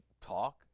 talk